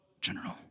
General